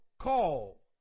call